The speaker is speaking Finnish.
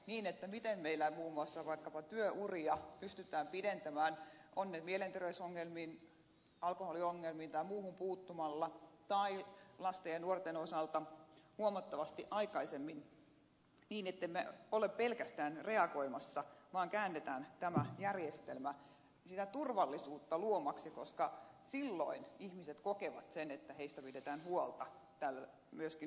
on mietittävä miten meillä muun muassa vaikkapa työuria pystytään pidentämään vaikka mielenterveysongelmiin alkoholiongelmiin tai muuhun puuttumalla ja lasten ja nuorten osalta huomattavasti aikaisemmin niin ettemme ole pelkästään reagoimassa vaan käännämme tämän järjestelmän sitä turvallisuutta luovaksi koska silloin ihmiset kokevat sen että heistä pidetään huolta myöskin yhteiskunnan puolelta